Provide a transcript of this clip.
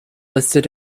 listed